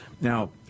Now